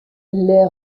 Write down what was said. les